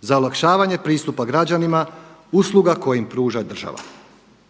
za olakšavanje pristupa građanima usluga koje im pruža država.